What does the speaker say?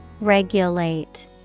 Regulate